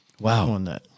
Wow